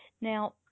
now